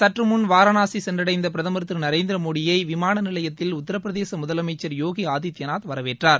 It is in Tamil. சற்றுமுன் வாரணாசி சென்றடைந்த பிரதமர் திரு நரேந்திரமோடியை விமான நிலையத்தில் உத்தரப் பிரதேச முதலமைச்சர் யோகி ஆதித்யநாத் வரவேற்றார்